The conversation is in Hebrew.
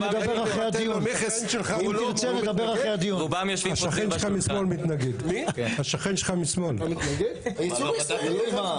אם הם יורידו את המכס הם יצטרכו לפצות את החקלאים באיזה מענק,